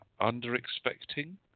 under-expecting